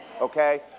Okay